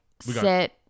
sit